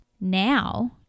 now